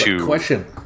question